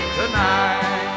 tonight